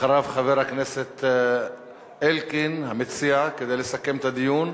אחריו, חבר הכנסת אלקין המציע כדי לסכם את הדיון.